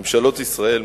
ממשלות ישראל,